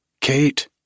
Kate